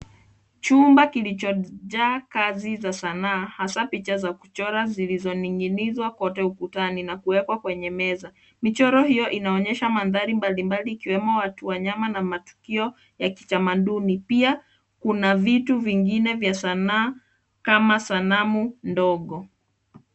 Chumba kilichojaa kazi za sanaa hasa picha za kuchora zilizoning'inizwa kote ukutani na kuwekwa kwenye meza. Michoro hio inaonyesha mandhari mbalimbali ikiwemo wanyama na matukio ya kitamaduni. Pia kuna vitu vingine vya sanaa kama sanamu ndogo.